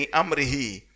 amrihi